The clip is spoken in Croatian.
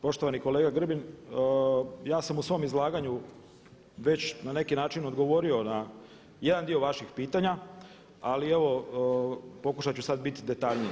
Poštovani kolega Grbin, ja sam u svom izlaganju već na neki način odgovorio na jedan dio vaših pitanja, ali evo pokušat ću sada biti detaljniji.